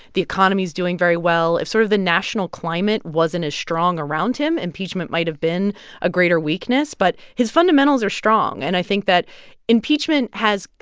the economy is doing very well. if sort of the national climate wasn't as strong around him, impeachment might have been a greater weakness. but his fundamentals are strong, and i think that impeachment has,